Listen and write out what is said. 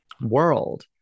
world